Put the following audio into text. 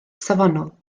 safonol